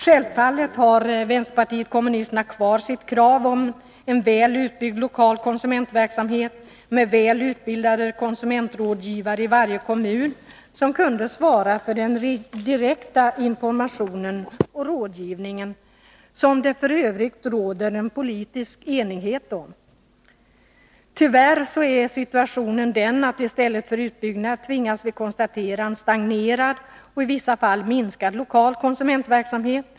Självfallet har vänsterpartiet kommunisterna kvar sitt krav på en väl utbyggd lokal konsumentverksamhet med välutbildade konsumentrådgivare i varje kommun som kan svara för den direkta informationen och rådgivningen — vilket det f. ö. råder en politisk enighet om. Tyvärr tvingas vi emellertid konstatera att situationen på det här området är den, att vi i stället för en utbyggnad får en stagnerad och i vissa fall minskad lokal konsumentverksamhet.